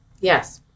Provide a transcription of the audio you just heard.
Yes